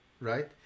right